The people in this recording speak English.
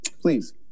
please